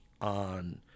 on